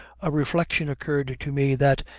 a reflection occurred to me that,